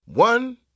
One